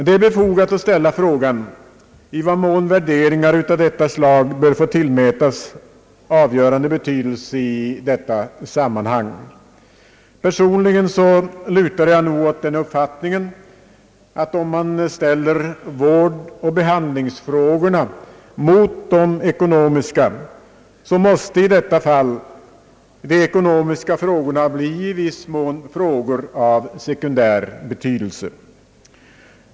Det är befogat att ställa frågan i vad mån värderingar av detta slag bör få tillmätas avgörande betydelse i detta sammanhang. Personligen lutar jag åt den uppfattningen, att om man ställer vårdoch behandlingsfrågorna mot de ekonomiska, så måste i detta fall de ekonomiska frågorna bli i viss mån frågor av sekundär betydelse.